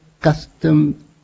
custom